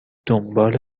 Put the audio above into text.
دنبال